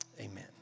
Amen